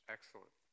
Excellent